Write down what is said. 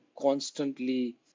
constantly